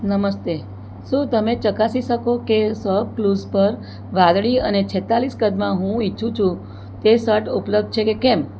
નમસ્તે શું તમે ચકાસી શકો કે સોપક્લૂઝ પર વાદળી અને છેતાળીસ કદમાં હું ઇચ્છું છું તે સટ ઉપલબ્ધ છે કે કેમ